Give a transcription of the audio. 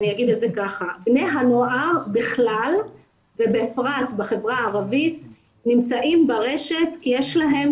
בני הנוער בכלל ובפרט בחברה הערבית נמצאים ברשת כי יש להם